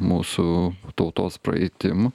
mūsų tautos praeitim